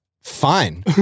fine